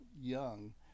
young